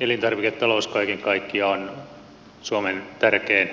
elintarviketalous kaiken kaikkiaan on suomen tärkein